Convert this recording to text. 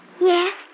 Yes